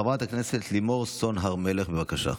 חברת הכנסת לימור סון הר מלך, בבקשה.